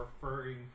referring